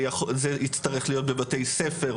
זה יצטרך להיות בבתי ספר,